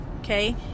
Okay